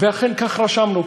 ואכן כך רשמנו.